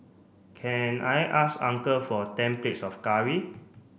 can I ask uncle for ten plates of curry